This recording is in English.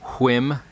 whim